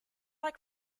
like